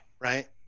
Right